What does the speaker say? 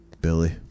Billy